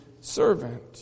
servant